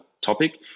topic